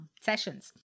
sessions